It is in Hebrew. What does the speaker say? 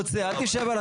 אבל בינתיים תנו לנו